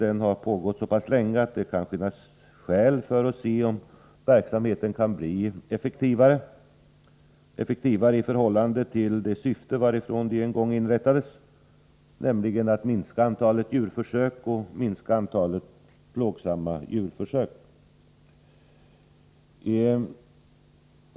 Den har pågått så pass länge att det kan finnas skäl att se om verksamheten kan bli effektivare i förhållande till det syfte med vilket nämnderna en gång inrättades, nämligen att minska det totala antalet djurförsök och antalet plågsamma djurförsök.